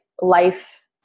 life